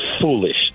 foolish